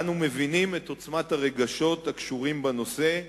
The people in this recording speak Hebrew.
אנו מבינים את עוצמת הרגשות הקשורים בנושא,